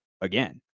again